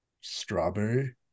strawberry